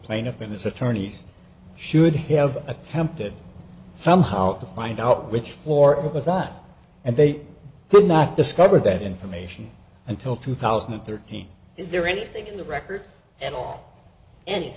plaintiff and his attorneys should have attempted somehow to find out which floor it was not and they could not discover that information until two thousand and thirteen is there anything in the record at all an